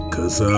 Cause